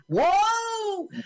whoa